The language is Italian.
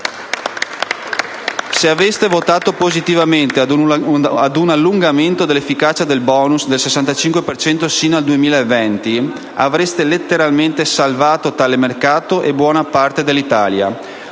Se aveste votato positivamente per l'allungamento dell'efficacia del *bonus* del 65 per cento sino al 2020, avreste letteralmente salvato tale mercato e buona parte dell'Italia.